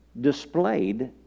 displayed